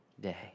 day